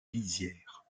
lisières